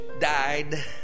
died